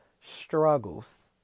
struggles